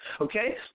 Okay